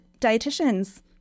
dietitians